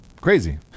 Crazy